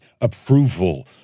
approval